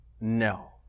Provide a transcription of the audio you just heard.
no